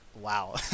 Wow